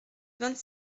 vingt